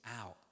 out